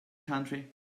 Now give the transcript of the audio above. country